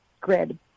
grid